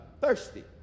thirsty